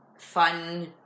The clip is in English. fun